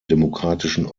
demokratischen